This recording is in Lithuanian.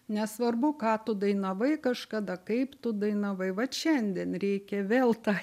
nesvarbu ką tu dainavai kažkada kaip tu dainavai vat šiandien reikia vėl tą